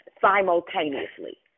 simultaneously